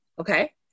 Okay